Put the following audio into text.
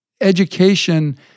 education